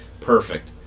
perfect